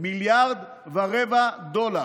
1.25 מיליארד דולר.